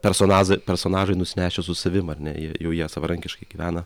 personazai personažai nusinešę su savim ar ne jau jie savarankiškai gyvena